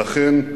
ואכן,